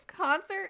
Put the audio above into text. concert